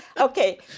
Okay